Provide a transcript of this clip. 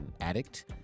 addict